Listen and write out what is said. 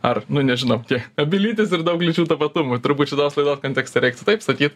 ar nu nežinau tiek abi lytys ir daug lyčių tapatumų turbūt šitos laidos kontekste reiktų taip sakyt